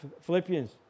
Philippians